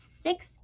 six